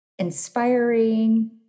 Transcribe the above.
inspiring